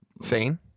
sane